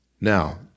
Now